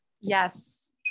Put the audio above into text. Yes